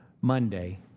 Monday